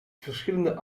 verschillende